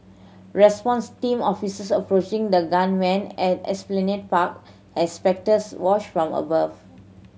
response team officers approaching the gunman at Esplanade Park as spectators watch from above